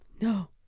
No